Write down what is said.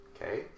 Okay